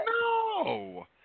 No